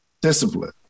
discipline